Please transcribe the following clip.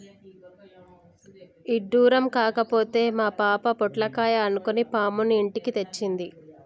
ఇడ్డురం కాకపోతే మా పాప పొట్లకాయ అనుకొని పాముని ఇంటికి తెచ్చింది